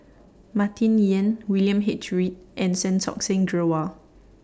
Martin Yan William H Read and Santokh Singh Grewal